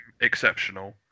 exceptional